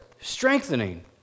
strengthening